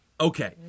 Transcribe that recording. Okay